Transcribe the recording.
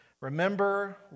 Remember